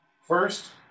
first